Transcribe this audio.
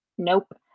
Nope